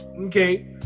okay